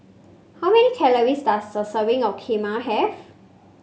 how many calories does a serving of Kheema have